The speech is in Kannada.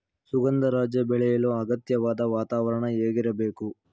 ಸುಗಂಧರಾಜ ಬೆಳೆಯಲು ಅಗತ್ಯವಾದ ವಾತಾವರಣ ಹೇಗಿರಬೇಕು?